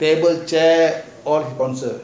table chair all sponsor